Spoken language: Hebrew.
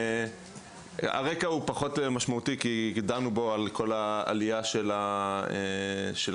הרקע פחות משמעותי כי דנו פה בכל העלייה של הצרכים.